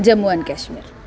Jammu and Kashmir